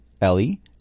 Ellie